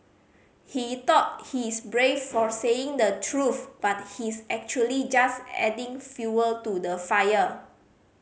he thought he's brave for saying the truth but he's actually just adding fuel to the fire